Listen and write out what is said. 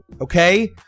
okay